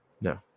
No